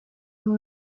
con